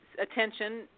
attention